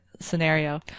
scenario